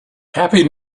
happy